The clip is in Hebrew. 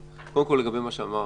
קודם כול, לגבי מה שאמר